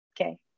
Okay